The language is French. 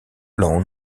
lawn